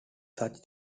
such